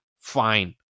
fine